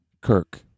kirk